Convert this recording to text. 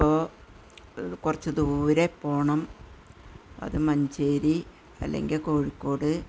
അപ്പോൾ കുറച്ച് ദൂരെ പോകണം അത് മഞ്ചേരി അല്ലെങ്കില് കോഴിക്കോട്